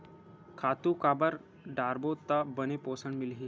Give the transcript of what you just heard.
खातु काबर डारबो त बने पोषण मिलही?